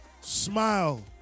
Smile